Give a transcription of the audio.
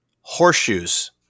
Horseshoes